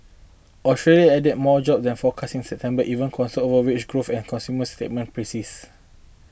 Australia added more job than forecast in September even concerns over wage growth and consumer sentiment persist